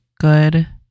good